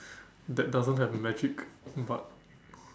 that doesn't have magic but